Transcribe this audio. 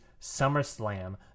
SummerSlam